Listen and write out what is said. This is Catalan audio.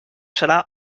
serà